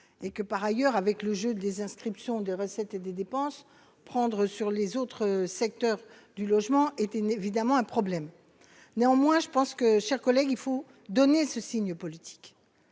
et que par ailleurs avec le jeu des inscriptions des recettes et des dépenses prendre sur les autres secteurs du logement était évidemment un problème néanmoins je pense que, chers collègues, il faut donner ce signe politique